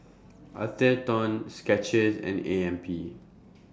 Atherton Skechers and A M P